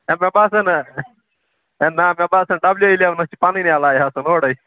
ہَے مےٚ باسان اَے نا مےٚ باسان ڈبلیو اِلیونس چھِ پَنٕنۍ اٮ۪لاے آسان اورے